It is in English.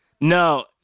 No